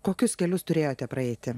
kokius kelius turėjote praeiti